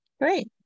Great